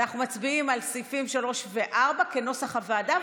אנחנו מצביעים על סעיפים 3 ו-4 כנוסח הוועדה,